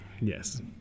yes